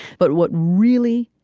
but what really